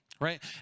right